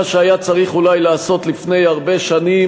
מה שהיה צריך אולי לעשות לפני הרבה שנים,